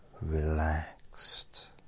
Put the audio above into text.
relaxed